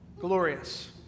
glorious